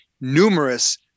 numerous